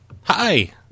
Hi